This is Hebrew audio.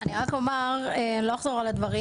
אני לא אחזור על הדברים.